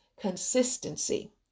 consistency